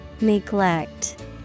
Neglect